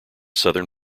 southern